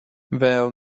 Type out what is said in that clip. vēl